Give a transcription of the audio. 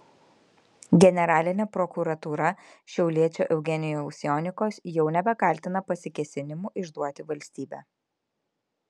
generalinė prokuratūra šiauliečio eugenijaus jonikos jau nebekaltina pasikėsinimu išduoti valstybę